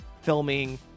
filming